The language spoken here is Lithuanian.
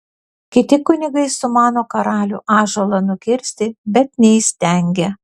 kiti kunigai sumano karalių ąžuolą nukirsti bet neįstengia